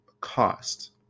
cost